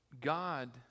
God